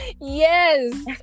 yes